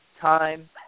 time